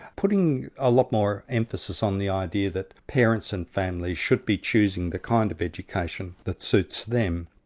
putting a lot more emphasis on the idea that parents and families should be choosing the kind of education that suits them.